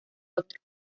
otro